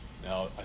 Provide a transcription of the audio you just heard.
Now